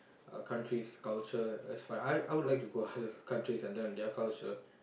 a country's culture that's fine I would I would like to go other countries and learn their culture